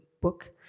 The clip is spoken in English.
book